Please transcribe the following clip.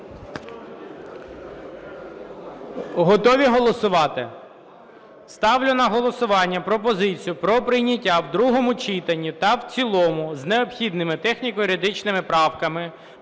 Готові голосувати? Ставлю на голосування пропозицію про прийняття в другому читанні та в цілому з необхідними техніко-юридичними правками